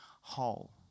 whole